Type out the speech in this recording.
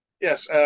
Yes